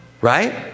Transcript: Right